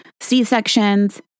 C-sections